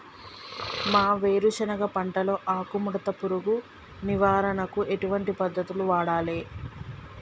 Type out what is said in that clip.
మా వేరుశెనగ పంటలో ఆకుముడత పురుగు నివారణకు ఎటువంటి పద్దతులను వాడాలే?